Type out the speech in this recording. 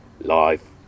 live